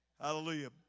Hallelujah